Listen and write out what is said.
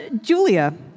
Julia